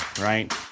right